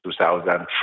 2003